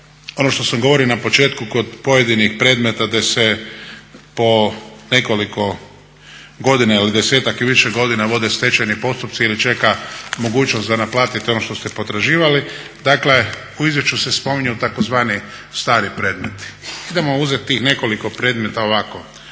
ono što sam govorio na početku kod pojedinih predmeta gdje se po nekoliko godina ili desetak i više godina vode stečajni postupci ili čeka mogućnost za naplatiti ono što ste potraživali. Dakle, u izvješću se spominju tzv. stari predmeti. Idemo uzeti tih nekoliko predmeta ovako